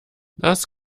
das